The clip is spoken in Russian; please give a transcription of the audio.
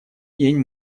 день